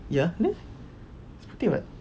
ya ni it's putih [what]